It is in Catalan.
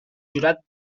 jurat